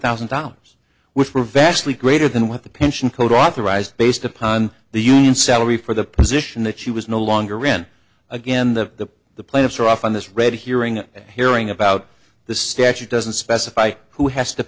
thousand dollars which were vastly greater than what the pension code authorized based upon the union salary for the position that she was no longer in again the the plaintiffs are off on this read hearing and hearing about the statute doesn't specify who has to